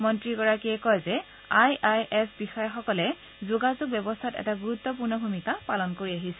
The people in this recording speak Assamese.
মন্ত্ৰীগৰাকীয়ে কয় যে আই আই এছ বিষয়াসকলে যোগাযোগ ব্যৱস্থাত এটা গুৰুত্বপূৰ্ণ ভূমিকা পালন কৰি আহিছে